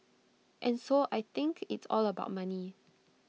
and so I think it's all about money